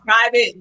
private